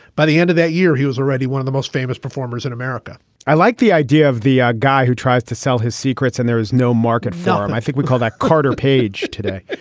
by the end of that year, he was already one of the most famous performers in america i like the idea of the ah guy who tries to sell his secrets and there is no market for him. i think we call that carter page today.